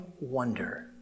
wonder